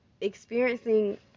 experiencing